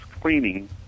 cleaning